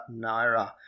Naira